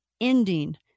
ending